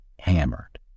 hammered